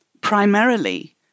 primarily